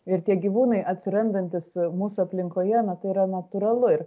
ir tie gyvūnai atsirandantys mūsų aplinkoje na tai yra natūralu ir